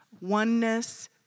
oneness